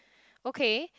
okay